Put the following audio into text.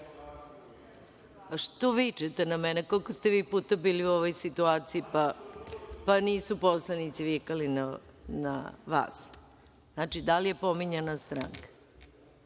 vičete na mene? Koliko ste vi puta bili u ovoj situaciji pa nisu poslanici vikali na vas? Da li je pominjana SNS?